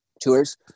tours